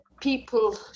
people